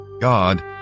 God